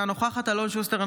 אינה נוכחת אלון שוסטר,